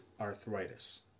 arthritis